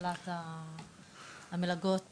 בהפעלת המלגות